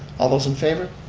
all those in favor?